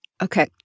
Okay